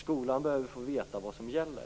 Skolan behöver få veta vad som gäller.